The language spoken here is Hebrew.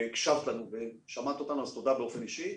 והקשבת לנו ושמעת אותנו, אז תודה באופן אישי.